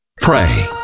Pray